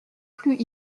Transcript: plus